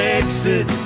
exit